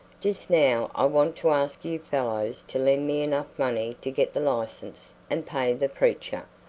just now i want to ask you fellows to lend me enough money to get the license and pay the preacher.